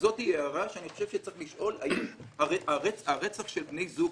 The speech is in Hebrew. אז זו הערה שאני חושב שצריך לשאול האם הרצח של בני זוג,